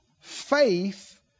faith